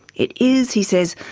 it is, he says,